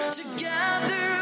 together